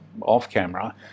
off-camera